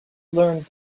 learned